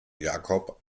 jakob